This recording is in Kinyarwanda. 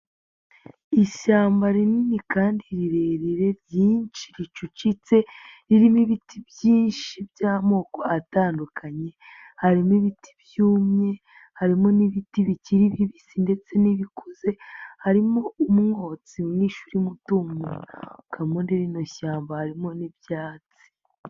Ishyamba rinini kandi rirerire ryinshi ricucitse ririmo ibiti byinshi by'amoko atandukanye, harimo ibiti byumye, harimo n'ibiti bikiri bibisi ndetse n'ibikuze, harimo umwotsi mwinshi urimo utumuka muri rino shyamba, harimo n'ibyatsi.